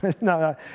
No